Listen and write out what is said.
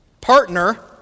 partner